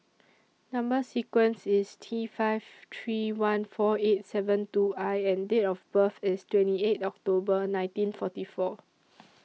Number sequence IS T five three one four eight seven two I and Date of birth IS twenty eight October nineteen forty four